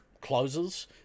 closes